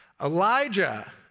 Elijah